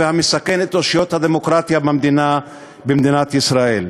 המסכן את אושיות הדמוקרטיה במדינת ישראל.